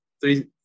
three